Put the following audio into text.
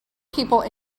people